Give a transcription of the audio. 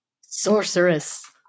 sorceress